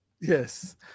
Yes